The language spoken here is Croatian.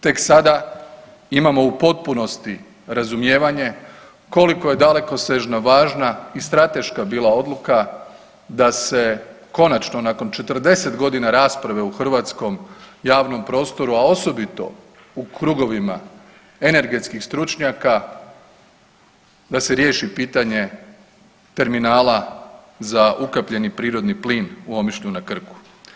Tek sada imamo u potpunosti razumijevanje koliko je dalekosežna važna i strateška bila odluka da se konačno nakon 40 godina rasprave u hrvatskom javnom prostoru, a osobito u krugovima energetskih stručnjaka da se riješi pitanje terminala za ukapljeni prirodni plin u Omišlju na Krku.